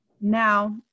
Now